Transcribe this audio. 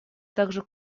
также